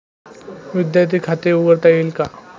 विद्यार्थी खाते उघडता येईल का?